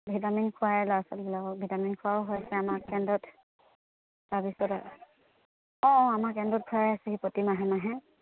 vitamin খোৱায় ল'ৰা ছোৱালীবিলাকক ভিটামিন খোওৱাও হৈছে আমাৰ কেন্দ্ৰত তাৰপিছত অঁ অ আমাৰ কেন্দ্ৰত খোৱাই আছেহি প্ৰতি মাহে মাহে